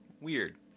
Weird